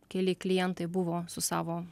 keli klientai buvo su savo